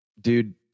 dude